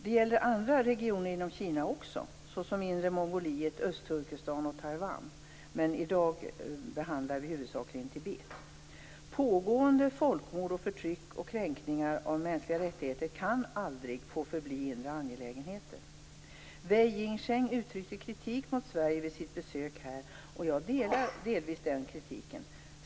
Det gäller andra regioner inom Kina också, såsom inre Mongoliet, Östturkestan och Taiwan. Men i dag diskuterar vi huvudsakligen Tibet. Pågående folkmord, förtryck och kränkningar av mänskliga rättigheter kan aldrig bli en fråga om inre angelägenheter. Wei Jinsheng uttryckte kritik mot Sverige vid sitt besök här, och jag delar delvis den kritiken.